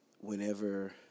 whenever